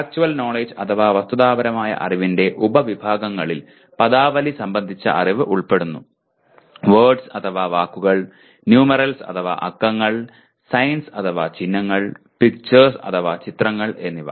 factual knowledge അഥവാ വസ്തുതാപരമായ അറിവിന്റെ ഉപവിഭാഗങ്ങളിൽ പദാവലി സംബന്ധിച്ച അറിവ് ഉൾപ്പെടുന്നു വേർഡ്സ് അഥവാ വാക്കുകൾ നുമേറൽസ് അഥവാ അക്കങ്ങൾ സൈൻസ് അഥവാ ചിഹ്നങ്ങൾ പിക്ചർസ് അഥവാ ചിത്രങ്ങൾ എന്നിവ